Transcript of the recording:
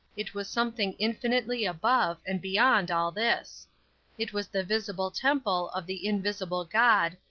it was something infinitely above and beyond all this it was the visible temple of the invisible god,